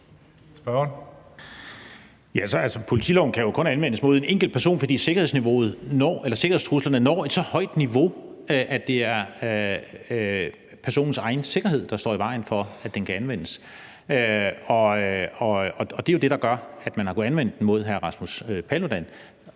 politiloven kan jo kun anvendes mod en enkelt person, når sikkerhedstruslerne når et så højt niveau, at det er personens egen sikkerhed, der gør, at den kan anvendes; det er jo det, der gør, at man har kunnet anvende den mod hr. Rasmus Paludan.